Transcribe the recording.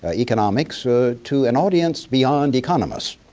ah economics ah to an audience beyond economists.